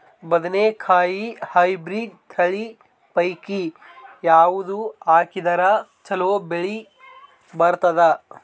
ಬದನೆಕಾಯಿ ಹೈಬ್ರಿಡ್ ತಳಿ ಪೈಕಿ ಯಾವದು ಹಾಕಿದರ ಚಲೋ ಬೆಳಿ ಬರತದ?